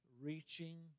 reaching